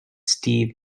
steve